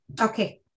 Okay